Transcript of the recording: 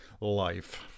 life